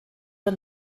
der